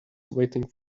waiting